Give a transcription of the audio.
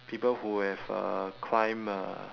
people who have uh climbed uh